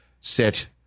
sit